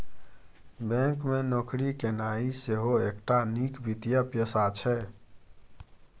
bank मे नौकरी केनाइ सेहो एकटा नीक वित्तीय पेशा छै